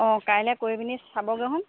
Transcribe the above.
অঁ কাইলৈ কৰি পিনি চাবগৈচোন